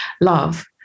love